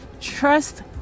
trust